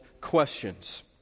questions